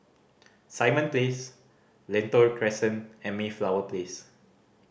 Simon Place Lentor Crescent and Mayflower Place